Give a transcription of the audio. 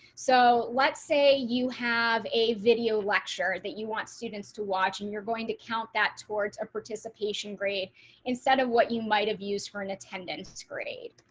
so let's say you have a video lecture that you want students to watch and you're going to count that towards a participation grade instead of what you might have used for an attendance grade.